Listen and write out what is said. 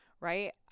right